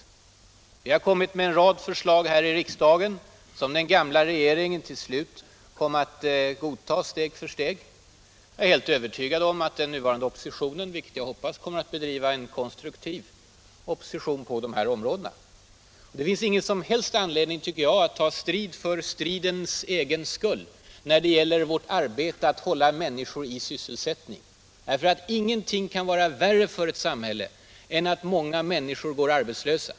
Vi har från folkpartiet lagt fram en rad = regionalpolitik förslag här i riksdagen som den gamla regeringen till slut kom att godta steg för steg. Jag hoppas att den nuvarande oppositionen kommer att bedriva en konstruktiv opposition på dessa områden. Det finns ingen som helst anledning, tycker jag, att ta strid för stridens egen skull när det gäller våra insatser att hålla människor i sysselsättning. Ingenting kan vara värre för ett samhälle än att människor går arbetslösa.